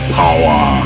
power